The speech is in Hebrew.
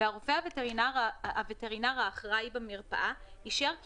והרופא הווטרינר האחראי במרפאה אישר כי